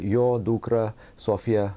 jo dukrą sofiją